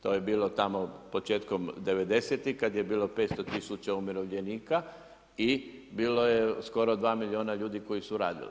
To je bilo tamo početkom '90. kada je bilo 500000 umirovljenika i bilo je skoro 2 milijuna ljudi koji su radili.